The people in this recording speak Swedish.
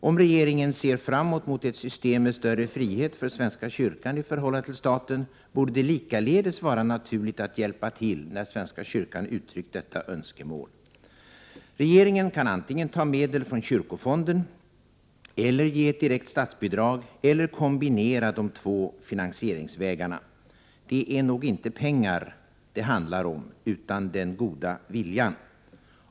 Om regeringen ser framåt mot ett system med större frihet för svenska kyrkan i förhållande till staten, borde det likaledes vara naturligt att hjälpa till när svenska kyrkan uttryckt detta önskemål. Regeringen kan antingen ta medel från kyrkofonden eller ge ett direkt statsbidrag eller kombinera de två finansieringsvägarna. Det är nog inte pengar det handlar om utan den goda viljan.